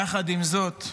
יחד עם זאת,